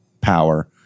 power